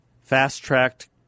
Fast-tracked